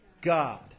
God